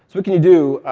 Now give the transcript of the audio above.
so what can you do,